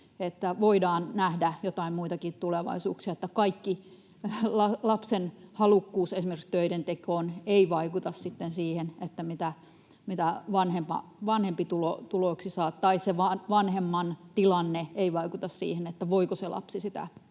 voidaan nähdä joitain muitakin tulevaisuuksia. Kaikki lapsen halukkuus esimerkiksi töiden tekoon ei vaikuta sitten siihen, mitä vanhempi tuloksi saa, tai se vanhemman tilanne ei vaikuta siihen, voiko se lapsi sitä